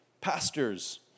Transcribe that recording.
pastors